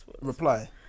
reply